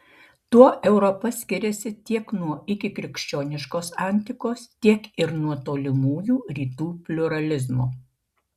tuo europa skiriasi tiek nuo ikikrikščioniškos antikos tiek ir nuo tolimųjų rytų pliuralizmo